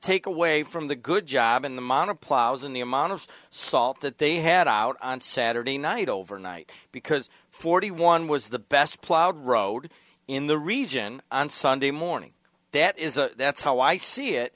take away from the good job in the mana plows in the amount of salt that they had out on saturday night overnight because forty one was the best plowed road in the region on sunday morning that is a that's how i see it